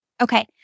Okay